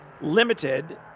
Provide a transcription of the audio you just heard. limited